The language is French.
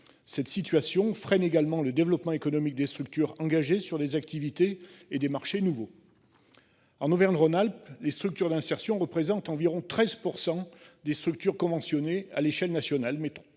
Cette situation freine également le développement économique des structures engagées sur des activités et des marchés nouveaux. En Auvergne Rhône Alpes, les structures d’insertion représentent environ 13 % des structures conventionnées à l’échelle de